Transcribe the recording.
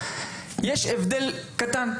יש הבדל קטן,